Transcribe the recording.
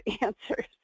answers